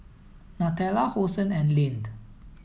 Nutella Hosen and Lindt